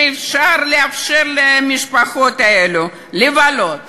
לאפשר למשפחות האלה לבלות,